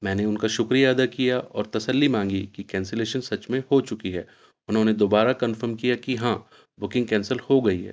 میں نے ان کا شکریہ ادا کیا اور تسلی مانگی کہ کینسلیشن سچ میں ہو چکی ہے انہوں نے دوبارہ کنفرم کیا کہ ہاں بکنگ کینسل ہو گئی ہے